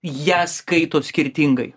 ją skaito skirtingai